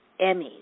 Emmys